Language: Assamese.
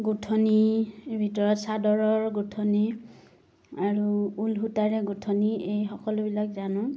গোঁঠনিৰ ভিতৰত চাদৰৰ গোঁঠনি আৰু ঊল সূতাৰে গোঁঠনি এই সকলোবিলাক জানোঁ